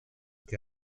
que